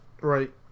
Right